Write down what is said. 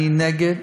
אני נגד